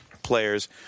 players